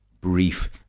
brief